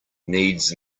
needs